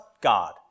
God